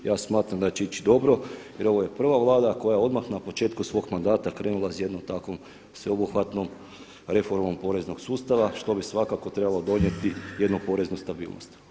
Ja smatram da će ići dobro jer ovo je prva Vlada koja odmah na početku svog mandata krenula s jednom takvom sveobuhvatnom reformom poreznog sustava što bi svakako trebalo donijeti jednu poreznu stabilnost.